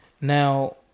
Now